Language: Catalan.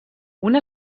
una